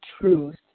truth